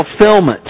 fulfillment